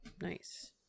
nice